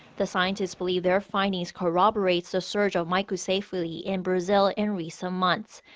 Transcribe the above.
the scientists believe their findings corroborates the surge of microcephaly in brazil in recent months.